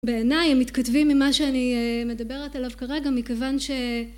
בעיניי הם מתכתבים ממה שאני מדברת עליו כרגע מכיוון ש